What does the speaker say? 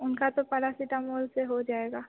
उनका तो पारासिटामौल से हो जाएगा